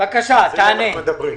על זה אנחנו מדברים.